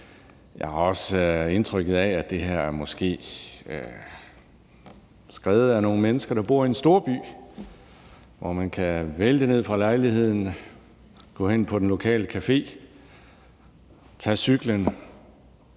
Jeg har også indtryk af, at det her måske er skrevet af nogle mennesker, der bor i en storby, hvor man kan vælte ned fra lejligheden, gå hen på den lokale café, tage cyklen